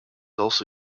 also